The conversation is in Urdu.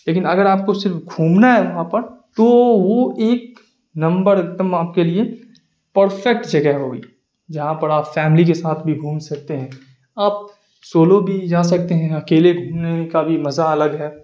لیکن اگر آپ کو صرف گھومنا ہے وہاں پر تو وہ ایک نمبر ایک دم آپ کے لیے پرفکٹ جگہ ہوئی جہاں پر آپ فیملی کے ساتھ بھی گھوم سکتے ہیں آپ سولو بھی جا سکتے ہیں اکیلے گھومنے کا بھی مزہ الگ ہے